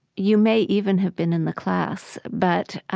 you may even have been in the class, but